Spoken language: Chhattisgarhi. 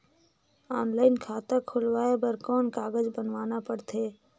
ऑनलाइन खाता खुलवाय बर कौन कागज बनवाना पड़थे?